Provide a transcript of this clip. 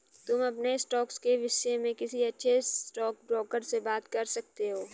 तुम अपने स्टॉक्स के विष्य में किसी अच्छे स्टॉकब्रोकर से बात कर सकते हो